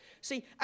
See